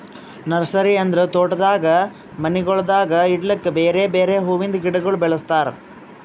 nursery ಅಂದುರ್ ತೋಟದಾಗ್ ಮನಿಗೊಳ್ದಾಗ್ ಇಡ್ಲುಕ್ ಬೇರೆ ಬೇರೆ ಹುವಿಂದ್ ಗಿಡಗೊಳ್ ಬೆಳುಸ್ತಾರ್